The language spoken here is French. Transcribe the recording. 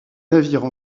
navires